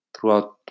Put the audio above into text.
Throughout